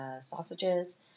sausages